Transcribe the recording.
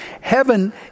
Heaven